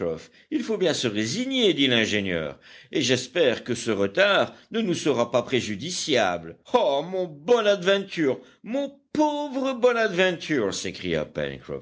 il faut bien se résigner dit l'ingénieur et j'espère que ce retard ne nous sera pas préjudiciable ah mon bonadventure mon pauvre bonadventure s'écria